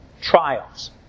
trials